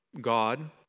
God